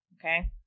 Okay